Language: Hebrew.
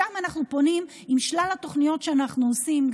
שם אנחנו פונים עם שלל התוכניות שאנחנו עושים,